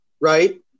right